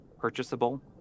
purchasable